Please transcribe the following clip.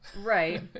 Right